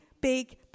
big